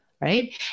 right